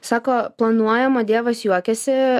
sako planuojama dievas juokiasi